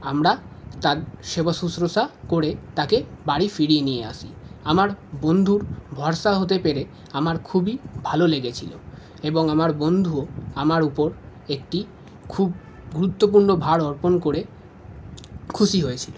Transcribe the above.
আমরা তার সেবা শুশ্রূষা করে তাকে বাড়ি ফিরিয়ে নিয়ে আসি আমার বন্ধুর ভরসা হতে পেরে আমার খুবই ভালো লেগেছিল এবং আমার বন্ধু আমার উপর একটি খুব গুরুত্বপূর্ণ ভার অর্পন করে খুশি হয়েছিল